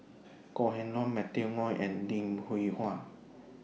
Kok Heng Leun Matthew Ngui and Lim Hwee Hua